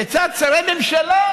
כיצד שרי ממשלה,